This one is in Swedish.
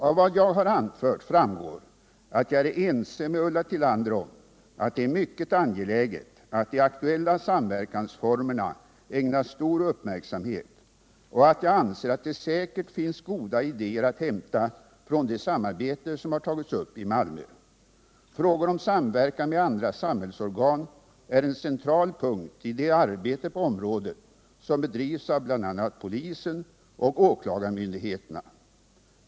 Av vad jag har anfört framgår att jag är ense med Ulla Tillander om att det är mycket angeläget att de aktuella samverkansformerna ägnas stor uppmärksamhet och att jag anser att det säkert finns goda idéer att hämta från det samarbete som har tagits upp i Malmö. Frågor om samverkan med andra samhällsorgan är en central punkt i det arbete på området som bedrivs av bl.a. polisen och åklagarmyndigheterna.